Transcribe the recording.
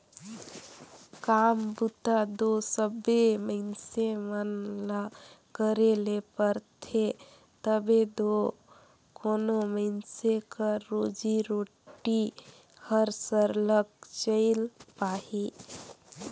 काम बूता दो सबे मइनसे मन ल करे ले परथे तबे दो कोनो मइनसे कर रोजी रोटी हर सरलग चइल पाही